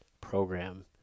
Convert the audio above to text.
program